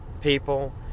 people